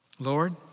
Lord